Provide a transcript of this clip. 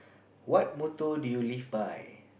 what motto do you live by